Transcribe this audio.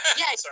yes